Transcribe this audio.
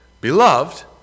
Beloved